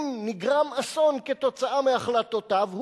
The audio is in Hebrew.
אם נגרם אסון כתוצאה מהחלטותיו,